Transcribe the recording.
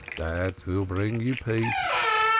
that will bring you peace.